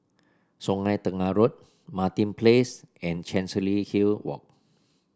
Sungei Tengah Road Martin Place and Chancery Hill Walk